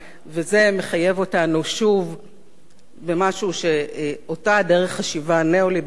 וזה מחייב אותנו שוב במשהו שאותה דרך חשיבה ניאו-ליברלית,